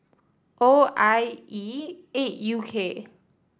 O I E eight U K